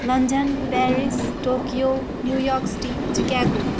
London Paris Tokyo New York city Chicago